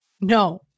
No